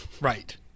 Right